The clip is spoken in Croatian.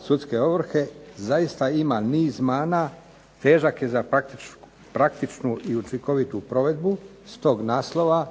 sudske ovrhe zaista ima niz mana, težak je za praktičnu i učinkovitu provedbu s tog naslova